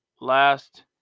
last